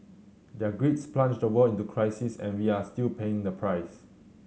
their greeds plunged the world into crisis and we are still paying the price